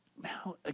now